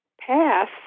pass